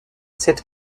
cette